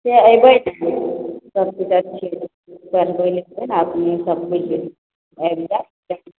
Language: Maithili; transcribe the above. से अयबय ने सबकिछु अच्छे छै पढ़बय लिखबय ने